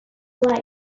life